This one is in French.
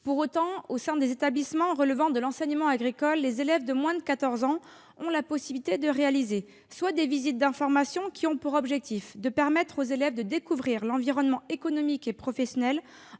Pour autant, au sein des établissements relevant de l'enseignement agricole, les élèves de moins de 14 ans ont la possibilité de réaliser soit des visites d'information, qui ont pour objectif de permettre aux élèves de découvrir l'environnement économique et professionnel